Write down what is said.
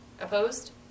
Opposed